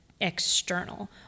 external